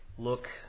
Look